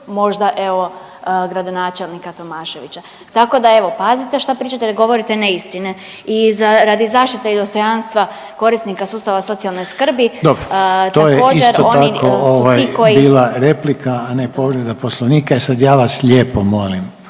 možda evo gradonačelnika Tomaševića. Tako da evo pazite šta pričate da ne govorite neistine i radi zaštite dostojanstva korisnika sustava socijalne skrbi također oni su ti koji … **Reiner, Željko (HDZ)** Dobro, to je isto tako bila replika, a ne povreda Poslovnika. E sad ja vas lijepo molim